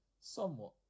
somewhat